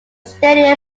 stadium